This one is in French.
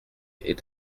est